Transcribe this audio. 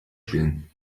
spielen